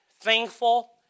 thankful